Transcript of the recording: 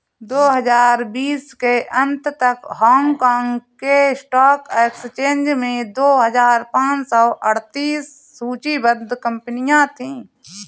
दो हजार बीस के अंत तक हांगकांग के स्टॉक एक्सचेंज में दो हजार पाँच सौ अड़तीस सूचीबद्ध कंपनियां थीं